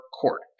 court